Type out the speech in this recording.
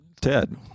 Ted